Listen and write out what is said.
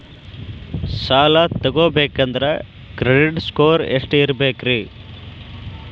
ಸಾಲ ತಗೋಬೇಕಂದ್ರ credit score ಎಷ್ಟ ಇರಬೇಕ್ರಿ?